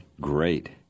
great